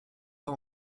pas